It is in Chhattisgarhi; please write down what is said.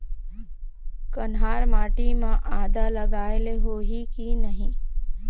कन्हार माटी म आदा लगाए ले होही की नहीं?